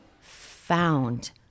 found